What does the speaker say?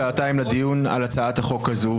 על הצעת החוק הזאת,